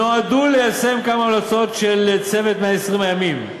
נועדו ליישם כמה המלצות של "צוות 120 הימים",